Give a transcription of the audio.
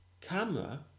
Camera